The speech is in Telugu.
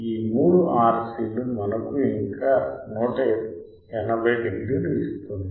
ఈ మూడు RC లు మనకు ఇంకా 180 డిగ్రీలు ఇస్తుంది